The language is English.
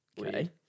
okay